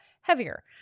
heavier